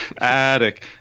Attic